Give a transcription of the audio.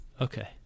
Okay